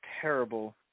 terrible